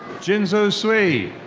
jinxue sui.